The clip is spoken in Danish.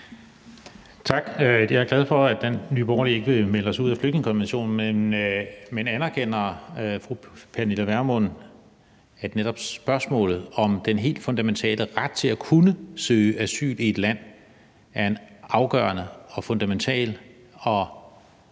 Tak. Jeg er glad for, at Nye Borgerlige ikke vil melde os ud af flygtningekonventionen. Men anerkender fru Pernille Vermund, at netop spørgsmålet om den helt fundamentale ret til at søge asyl i et land er en afgørende, fundamental og